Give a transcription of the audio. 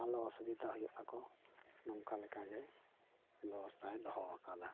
ᱟᱞᱚ ᱚᱥᱩᱵᱤᱫᱟ ᱦᱩᱭᱩᱜ ᱛᱟᱠᱚ ᱱᱚᱝᱠᱟ ᱞᱮᱠᱟᱜᱮ ᱵᱮᱵᱚᱥᱛᱟᱭ ᱫᱚᱦᱚ ᱟᱠᱟᱫᱟ